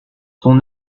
ton